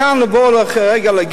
מכאן לבוא ולהגיד,